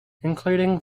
including